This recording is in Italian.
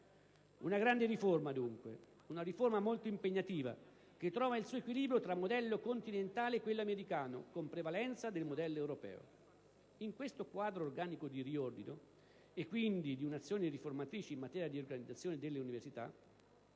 una grande riforma, molto impegnativa, che trova il suo equilibrio tra modello continentale e quello americano, con prevalenza del modello europeo. In questo quadro organico di riordino, e quindi di un'azione riformatrice in materia di organizzazione delle università,